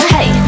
Hey